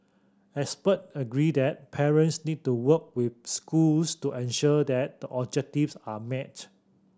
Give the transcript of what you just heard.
expert agree that parents need to work with schools to ensure that the objectives are met